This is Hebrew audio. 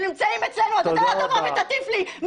אז אתה אל תבוא ותטיף לי.